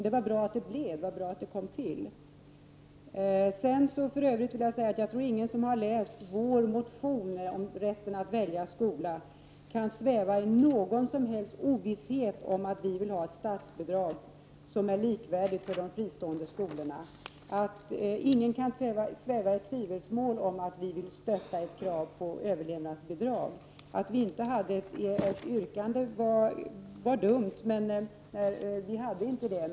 Det var bra att det kom till i alla fall. Jag tror inte att någon som har läst vår motion om rätten att välja skola kan sväva i ovisshet om att vi vill ha ett statsbidragssystem som ger de fristående skolorna bidrag likvärdiga med andra skolors. Ingen kan sväva i tvivelsmål om att vi vill stötta ett krav på överlevnadsbidrag. Att vi inte hade något yrkande var dumt. Vi hade inte det.